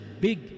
big